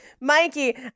Mikey